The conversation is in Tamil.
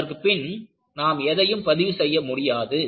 அதற்கு பின் நாம் எதையும் பதிவு செய்ய முடியாது